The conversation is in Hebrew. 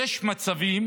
יש מצבים